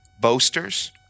boasters